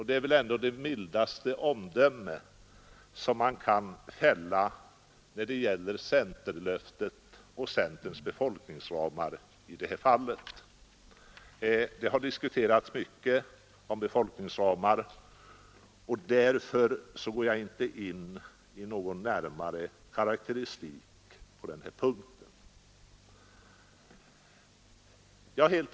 Det är väl ändå det mildaste omdöme som man kan fälla om centerlöftet och om centerns befolkningsramar i detta fall. Det har diskuterats mycket om befolkningsramar, och därför går jag inte in i någon närmare karakteristik på denna punkt.